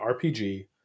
RPG